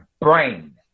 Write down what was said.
brain